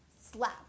Slap